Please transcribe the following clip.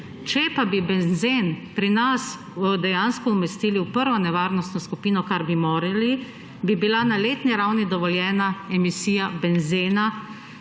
Če pa bi benzen pri nas dejansko umestili v prvo nevarnostno skupino, kar bi morali, bi bila na letni ravni dovoljena emisija benzena